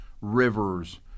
Rivers